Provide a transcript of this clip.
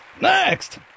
Next